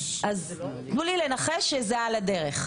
אז תנו לי לנחש שזה "על הדרך".